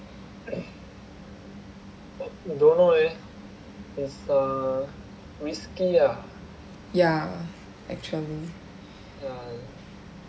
ya actually